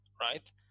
right